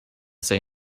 say